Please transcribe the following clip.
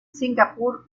singapur